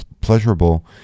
pleasurable